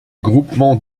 groupements